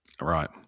Right